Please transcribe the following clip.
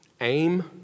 Aim